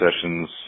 sessions